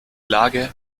lage